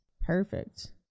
Perfect